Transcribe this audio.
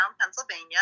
Pennsylvania